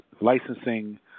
licensing